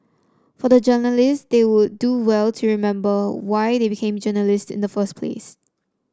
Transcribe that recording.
for the journalists they would do well to remember why they become journalists in the first place